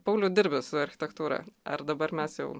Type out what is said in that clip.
pauliau dirbi su architektūra ar dabar mes jau